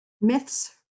myths